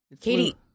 Katie